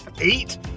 Eight